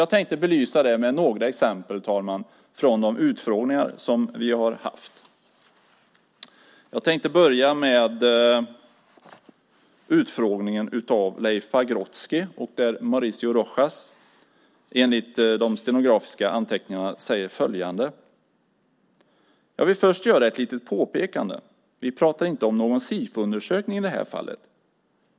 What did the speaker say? Jag tänkte belysa detta med några exempel från de utfrågningar som utskottet har haft, fru talman. Jag börjar med utfrågningen av Leif Pagrotsky, där Mauricio Rojas enligt de stenografiska uppteckningarna säger följande: "Jag vill först göra ett litet påpekande. Vi pratar inte om någon Sifoundersökning i det här fallet.